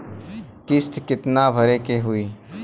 किस्त कितना भरे के होइ?